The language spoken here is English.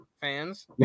fans